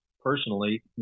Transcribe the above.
personally